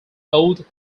old